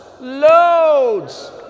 loads